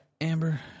Amber